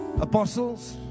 Apostles